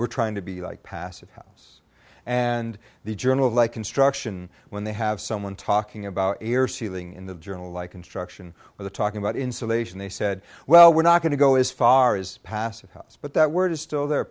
we're trying to be like passive house and the journal like construction when they have someone talking about air sealing in the journal like construction or the talking about insulation they said well we're not going to go as far as passive house but that word is still there